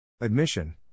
Admission